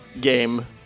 game